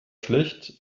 schlecht